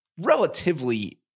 relatively